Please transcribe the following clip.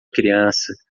criança